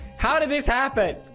how did this happen?